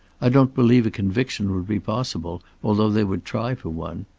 i don't believe a conviction would be possible, although they would try for one.